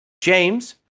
James